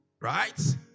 right